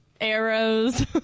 arrows